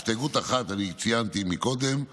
הסתייגות אחת, אני ציינתי קודם,